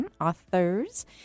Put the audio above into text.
authors